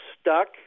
stuck